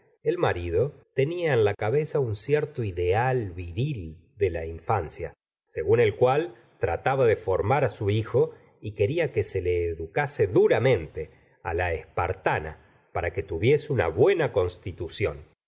el marido tenía en la cabeza un cierto ideal viril de la infancia según el cual trataba de formar su hijo y quería que se le educase duramente la espartana para que tuviese una buena constitución